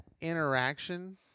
interaction